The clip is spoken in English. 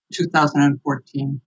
2014